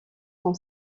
son